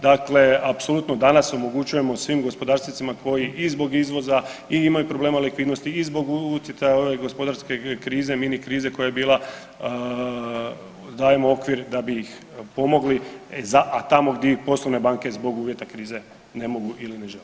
Dakle, apsolutno danas omogućujemo svim gospodarstvenicima koji i zbog izvoza i imaju problema likvidnosti i zbog utjecaja ove gospodarske krize, mini krize koja je bila, dajemo okvir da bi ih pomogli za, a tamo gdje poslovne banke zbog uvjeta krize ne mogu ili ne žele.